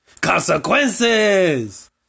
Consequences